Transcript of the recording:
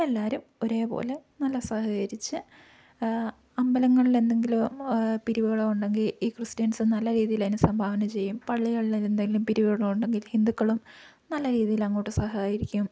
എല്ലാരും ഒരേ പോലെ നല്ല സഹകരിച്ച് അമ്പലങ്ങളിൽ എന്തെങ്കിലും പിരിവുകളോ ഉണ്ടെങ്കില് ഈ ക്രിസ്ത്യൻസ് നല്ല രീതിയിൽ അതിന് സംഭാവന ചെയ്യും പള്ളികളില് എന്തെങ്കിലും പിരിവുകൾ ഉണ്ടെങ്കില് ഹിന്ദുക്കളും നല്ല രീതിയിൽ അങ്ങോട്ട് സഹകരിക്കും